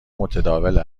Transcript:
متداول